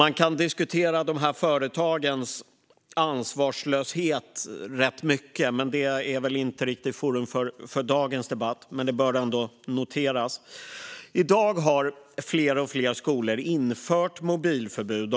Man kan diskutera de företagens ansvarslöshet rätt mycket. Det är väl inte riktigt föremål för dagens debatt, men det bör ändå noteras. I dag har allt fler skolor infört mobilförbud.